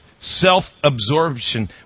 self-absorption